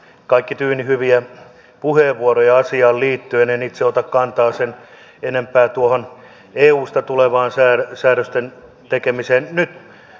kaikki tyynni hyviä puheenvuoroja asiaan liittyen en itse ota kantaa sen enempää tuohon eusta tulevaan säädösten tekemiseen